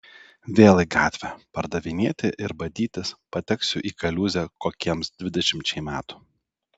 vėl į gatvę pardavinėti ir badytis pateksiu į kaliūzę kokiems dvidešimčiai metų